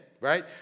right